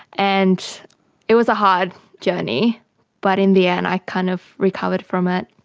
and it was a hard journey but in the end i kind of recovered from it.